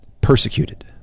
persecuted